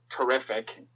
terrific